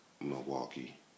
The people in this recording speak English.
Milwaukee